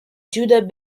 judah